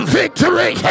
victory